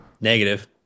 Negative